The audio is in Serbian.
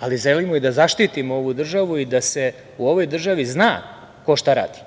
ali želimo i da zaštitimo ovu državu i da se u ovoj državi zna ko šta radi.